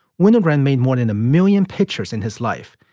winogrand made one in a million pictures in his life.